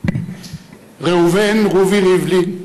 ראובן רובי ריבלין,